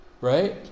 Right